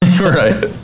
Right